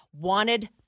wanted